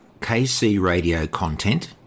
kcradiocontent